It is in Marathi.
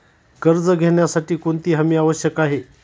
कर्ज घेण्यासाठी कोणती हमी आवश्यक आहे?